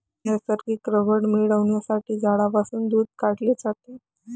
नैसर्गिक रबर मिळविण्यासाठी झाडांपासून दूध काढले जाते